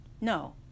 No